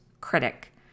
critic